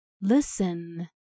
listen